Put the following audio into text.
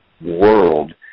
world